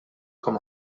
com